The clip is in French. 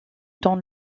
dans